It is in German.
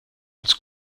als